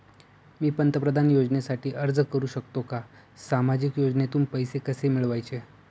मी पंतप्रधान योजनेसाठी अर्ज करु शकतो का? सामाजिक योजनेतून पैसे कसे मिळवायचे